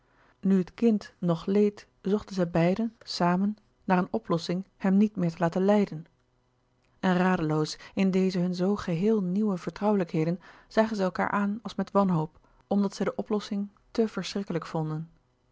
nu het kind ng leed zochten zij beiden samen naar een oplossing hem niet meer te laten louis couperus de boeken der kleine zielen lijden en radeloos in deze hun zoo geheele nieuwe vertrouwelijkheden zagen zij elkaâr aan als met wanhoop omdat zij de oplossing te verschrikkelijk vonden